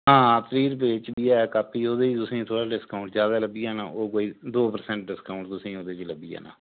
हां त्रीह् रपेऽ च बी है कापी उ'दे च तुसें थोह्ड़ा डिस्काउंट जैदा लब्भी जाना ओह् कोई दो परसैंट डिस्काउंट तुसें उ'दे च लब्भी जाना